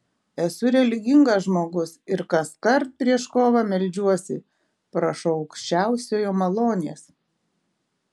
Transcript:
esu religingas žmogus ir kaskart prieš kovą meldžiuosi prašau aukščiausiojo malonės